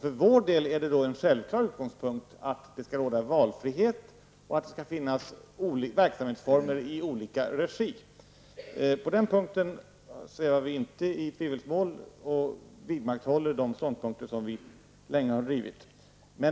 För oss är det en självklar utgångspunkt att det skall råda valfrihet och att det skall finnas verksamhetsformer i olika regi. På den punkten svävar vi inte i tvivelsmål och vidmakthåller de ståndpunkter som vi länge har drivit.